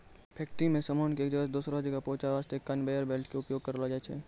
factory मॅ सामान कॅ एक जगह सॅ दोसरो जगह पहुंचाय वास्तॅ कनवेयर बेल्ट के उपयोग करलो जाय छै